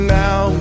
now